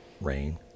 rain